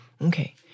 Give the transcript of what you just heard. Okay